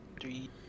three